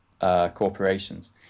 corporations